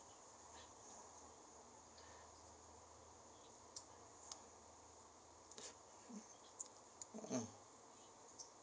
mm